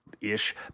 ish